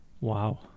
Wow